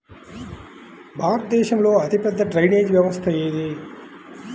భారతదేశంలో అతిపెద్ద డ్రైనేజీ వ్యవస్థ ఏది?